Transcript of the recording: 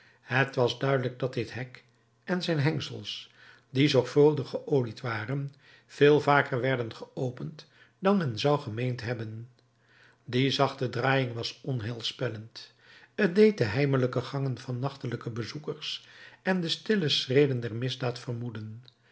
het was duidelijk dat dit hek en zijn hengsels die zorgvuldig geolied waren veel vaker werden geopend dan men zou gemeend hebben die zachte draaiing was onheilspellend t deed de heimelijke gangen van nachtelijke bezoekers en de stille schreden der misdaad vermoeden